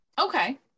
Okay